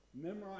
Memorize